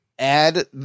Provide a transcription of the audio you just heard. Add